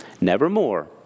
Nevermore